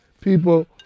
People